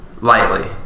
lightly